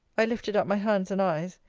i lifted up my hands and eyes!